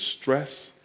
stress